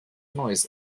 neues